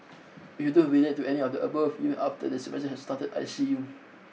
you don't relate to any other above even after the semester has started I see you